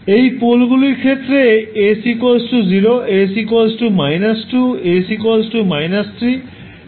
এই পোলগুলির ক্ষেত্রে s 0 s 2 s 3